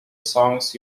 songs